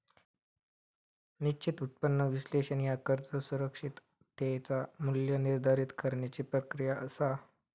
निश्चित उत्पन्न विश्लेषण ह्या कर्ज सुरक्षिततेचा मू्ल्य निर्धारित करण्याची प्रक्रिया असा